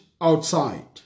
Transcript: outside